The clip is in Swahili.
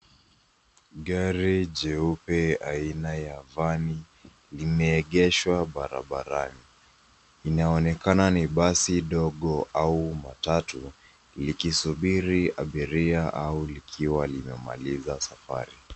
Gari jeupe aina ya vani limeegeshwa barabarani, linaonekana ni basi dogo au matatu likisubiri abiria au likiwa linamaliza safari.